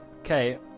okay